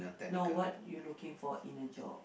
no what you looking for in a job